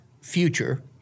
future